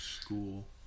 school